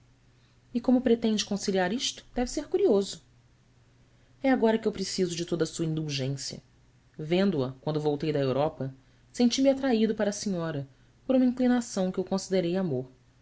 e como pretende conciliar isto deve ser curioso é agora que eu preciso de toda a sua indulgência vendo-a quando voltei da europa senti-me atraído para a senhora por uma inclinação que eu considerei amor